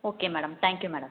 okay madam thank you madam